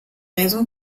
raisons